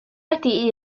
wedi